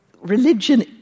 religion